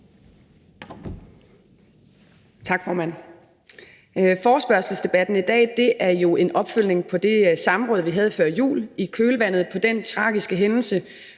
Tak, formand. Forespørgselsdebatten her i dag er jo en opfølgning på det samråd, vi havde før jul i kølvandet på den tragiske hændelse,